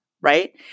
Right